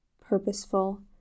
purposeful